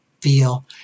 feel